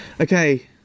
Okay